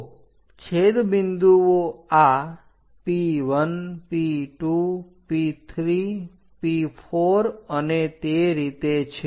તો છેદ બિંદુઓ આ P1 P2 P3 P4 અને તે રીતે છે